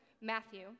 Matthew